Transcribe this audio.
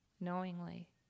knowingly